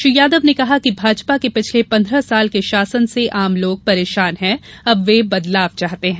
श्री यादव ने कहा कि भाजपा के पिछले पन्द्रह साल के शासन से आमलोग परेशान हैं अब वे बदलाव चाहते हैं